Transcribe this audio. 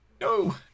No